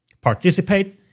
participate